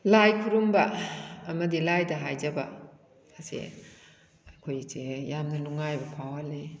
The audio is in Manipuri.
ꯂꯥꯏ ꯈꯨꯔꯨꯝꯕ ꯑꯃꯗꯤ ꯂꯥꯏꯗ ꯍꯥꯏꯖꯕ ꯑꯁꯦ ꯑꯩꯈꯣꯏꯁꯦ ꯌꯥꯝꯅ ꯅꯨꯡꯉꯥꯏꯕ ꯐꯥꯎꯍꯜꯂꯤ